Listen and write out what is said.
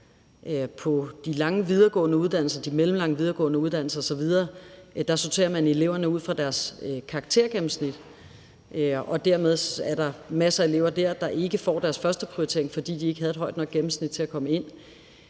På de lange videregående uddannelser og de mellemlange videregående uddannelser osv. sorterer man eleverne ud fra deres karaktergennemsnit, og dermed er der masser af elever dér, der ikke får deres førsteprioritering, fordi de ikke havde et højt nok gennemsnit til at komme ind.